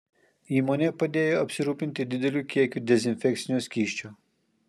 įmonė padėjo apsirūpinti dideliu kiekiu dezinfekcinio skysčio